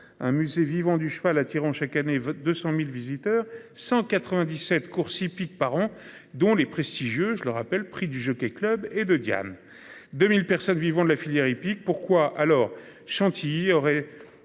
un musée vivant du cheval attirant chaque année 200.000 visiteurs. 197 courses hippiques par an dont les prestigieux, je le rappelle. Prix du Jockey Club et de Diam 2000 personnes vivant de la filière hippique. Pourquoi alors chantilly aurait